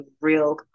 real